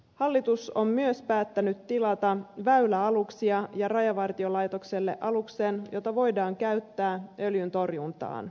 hallitus on myös päättänyt tilata väyläaluksia ja rajavartiolaitokselle aluksen jota voidaan käyttää öljyntorjuntaan